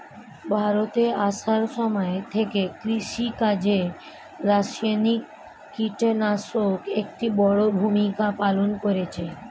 ভারতে আসার সময় থেকে কৃষিকাজে রাসায়নিক কিটনাশক একটি বড়ো ভূমিকা পালন করেছে